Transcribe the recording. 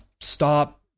stop